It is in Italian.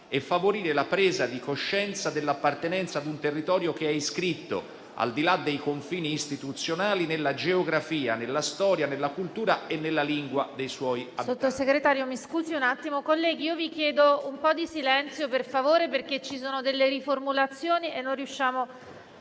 e favorire la presa di coscienza dell'appartenenza ad un territorio che è iscritto, al di là dei confini istituzionali, nella geografia, nella storia, nella cultura e nella lingua dei suoi abitanti».